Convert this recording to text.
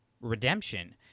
redemption